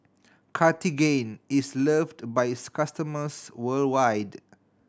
Cartigain is loved by its customers worldwide